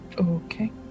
Okay